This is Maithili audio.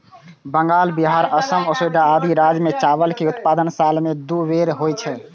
बंगाल, बिहार, असम, ओड़िशा आदि राज्य मे चावल के उत्पादन साल मे दू बेर होइ छै